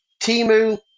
Timu